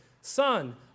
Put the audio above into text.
Son